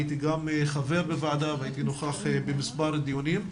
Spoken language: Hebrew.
הייתי חבר הוועדה והייתי נוכח במספר דיונים.